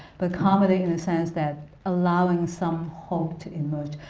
but comedy in the sense that allowing some hope to emerge.